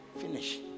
finish